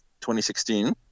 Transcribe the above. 2016